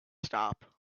stop